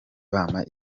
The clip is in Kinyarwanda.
bampa